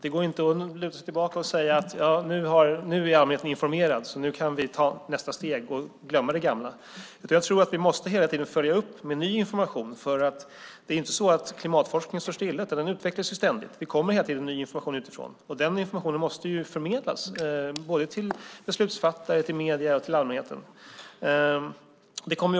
Det går inte att luta sig tillbaka och säga att nu är allmänheten informerad så nu kan vi ta nästa steg och glömma det gamla. Jag tror att vi hela tiden måste följa upp med ny information. Klimatforskningen står ju inte stilla. Den utvecklas ständigt. Det kommer hela tiden ny information utifrån. Den informationen måste förmedlas till beslutsfattare, till medierna och till allmänheten.